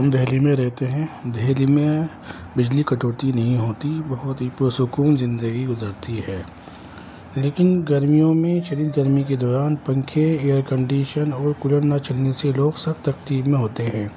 ہم دہلی میں رہتے ہیں دہلی میں بجلی کٹوتی نہیں ہوتی بہت ہی پرسکون زندگی گزرتی ہے لیکن گرمیوں میں شدید گرمی کے دوران پنکھے ایئر کنڈیشن اور کولر نہ چلنے سے لوگ سخت تکلیف میں ہوتے ہیں